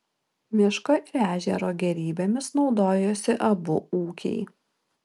miško ir ežero gėrybėmis naudojosi abu ūkiai